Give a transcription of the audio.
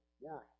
world